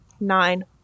Nine